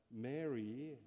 Mary